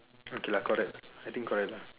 okay lah correct I think correct lah